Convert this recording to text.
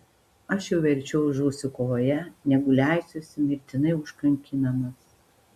aš jau verčiau žūsiu kovoje negu leisiuosi mirtinai užkankinamas